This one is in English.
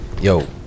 Yo